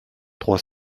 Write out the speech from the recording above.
trois